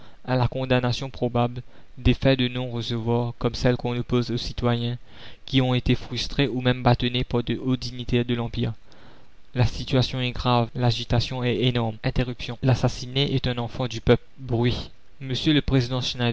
à la condamnation probable des fins de non-recevoir comme celles qu'on oppose aux citoyens qui ont été frustrés ou même bâtonnés par de hauts dignitaires de l'empire la situation est grave l'agitation est énorme interruptions l'assassiné est un enfant du peuple